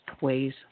ways